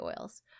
oils